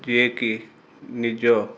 ଯିଏ କି ନିଜ